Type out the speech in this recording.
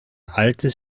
altes